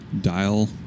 dial